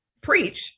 preach